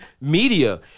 media